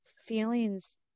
feelings